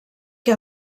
que